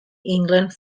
england